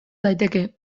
daiteke